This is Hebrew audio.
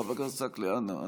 חבר הכנסת עסאקלה, אנא.